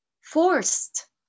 forced